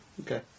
Okay